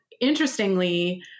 interestingly